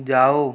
जाओ